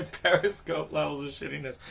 ah periscope levels of shittyness.